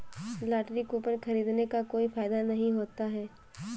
lottery coupon खरीदने का कोई फायदा नहीं होता है